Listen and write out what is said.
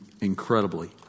incredibly